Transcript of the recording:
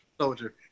Soldier